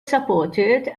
supported